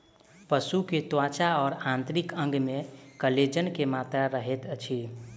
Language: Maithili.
पशु के त्वचा और आंतरिक अंग में कोलेजन के मात्रा रहैत अछि